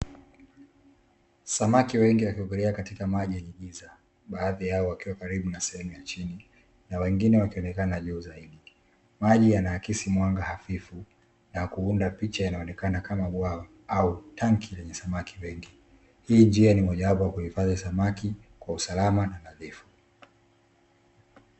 Samaki wengi wakiogelea katika maji yenye giza baadhi yao wakiwa karibu na sehemu ya chini, na wengine wakionekana juu zaidi. Maji yanaakisi mwanga hafifu na kuunda picha inayoonekana kama bwawa ya tanki lenye samaki wengi. Hii njia ni mojawapo ya kuhifadhi samaki kwa usalama na nadhifu.